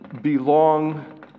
belong